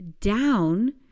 down